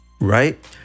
right